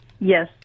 Yes